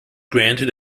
granted